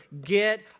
Get